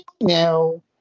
no